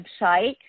website